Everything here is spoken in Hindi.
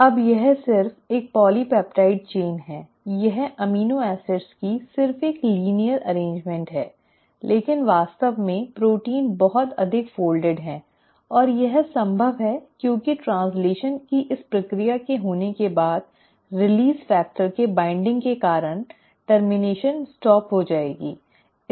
अब यह सिर्फ एक पॉलीपेप्टाइड श्रृंखला है यह अमीनो एसिड की सिर्फ एक लिन्इअ व्यवस्था है लेकिन वास्तव में प्रोटीन बहुत अधिक फोल्डिड है और यह संभव है क्योंकि ट्रैन्स्लैशन की इस प्रक्रिया के होने के बाद रिलीज फैक्टर के बाइन्डिंग के कारण टर्मिनेशन स्टॉप हो जाएगी